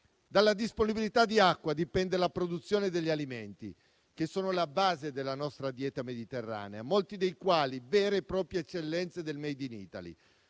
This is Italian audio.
Dalla disponibilità di acqua dipende la produzione degli alimenti, che sono alla base della nostra dieta mediterranea, molti dei quali vere e proprie eccellenze del *made in Italy*,